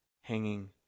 Hanging